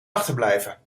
achterblijven